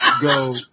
go